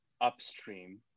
upstream